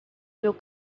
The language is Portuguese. meu